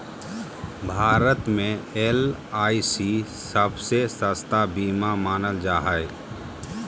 भारत मे एल.आई.सी सबसे सस्ता बीमा मानल जा हय